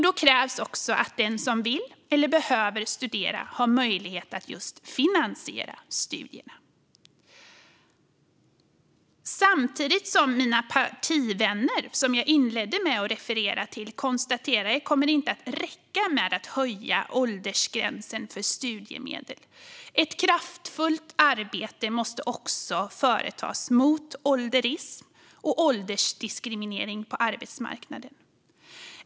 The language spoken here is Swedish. Då krävs också att den som vill eller behöver studera har möjlighet att just finansiera studierna. I likhet med mina partivänner, som jag inledde med att referera till, konstaterar jag att det inte kommer att räcka med att höja åldersgränsen för studiemedel. Ett kraftfullt arbete måste också företas mot ålderism och åldersdiskriminering på arbetsmarknaden.